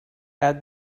add